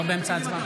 (קורא בשמות חברי הכנסת)